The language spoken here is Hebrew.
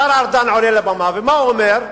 השר ארדן עולה לבמה, ומה הוא אומר?